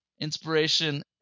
Inspiration